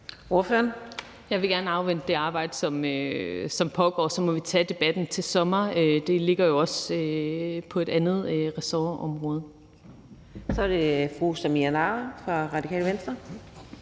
Jeg vil gerne afvente det arbejde, som pågår, og så må vi tage debatten til sommer. Det ligger jo også på et andet ressortområde. Kl. 15:11 Fjerde